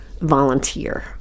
volunteer